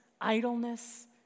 idleness